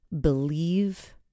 believe